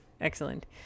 Excellent